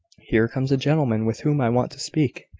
here comes a gentleman with whom i want to speak,